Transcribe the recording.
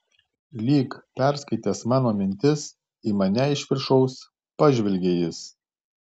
lyg perskaitęs mano mintis į mane iš viršaus pažvelgė jis